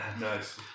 Nice